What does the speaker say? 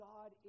God